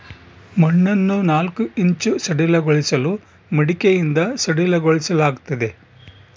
ಮಣ್ಣನ್ನು ನಾಲ್ಕು ಇಂಚು ಸಡಿಲಗೊಳಿಸಲು ಮಡಿಕೆಯಿಂದ ಸಡಿಲಗೊಳಿಸಲಾಗ್ತದೆ